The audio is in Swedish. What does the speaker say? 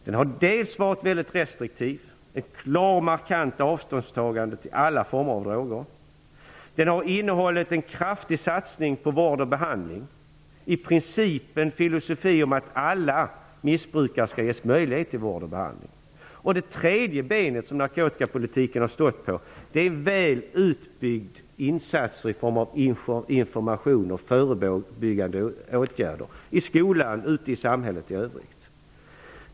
Den har varit väldigt restriktiv med klart avståndstagande från alla former av droger. Den har innehållit en kraftig satsning på vård och behandling. I princip är filosofin att alla missbrukare skall ges möjlighet till vård och behandling. Det tredje ben som narkotikapolitiken har stått på är väl utbyggd information och förebyggande åtgärder i skolan och i samhället i övrigt.